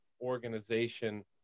organization